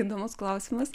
įdomus klausimas